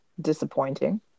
Disappointing